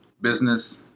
business